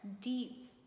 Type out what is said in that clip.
deep